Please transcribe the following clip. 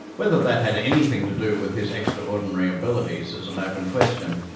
whether that had anything to do with his extraordinary abilities is an open question,